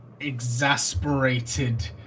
Exasperated